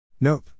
Nope